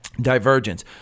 Divergence